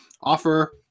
offer